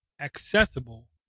accessible